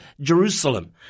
Jerusalem